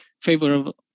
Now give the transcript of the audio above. favorable